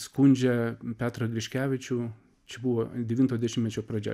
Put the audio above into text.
skundžia petrą griškevičių čia buvo devinto dešimtmečio pradžia